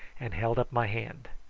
and held up my hand.